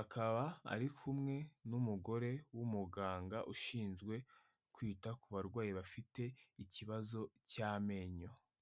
akaba ari kumwe n'umugore w'umuganga ushinzwe kwita kubarwayi bafite ikibazo cyamenyo.